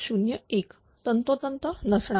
01 तंतोतंत नसणार